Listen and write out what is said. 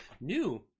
new